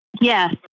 Yes